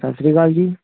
ਸਤਿ ਸ਼੍ਰੀ ਅਕਾਲ ਜੀ